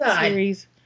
series